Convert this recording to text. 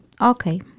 Okay